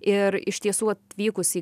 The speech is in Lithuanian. ir iš tiesų atvykus į